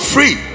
Free